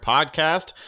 Podcast